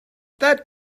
that